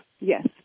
yes